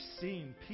seen